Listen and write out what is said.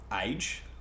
age